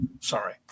Sorry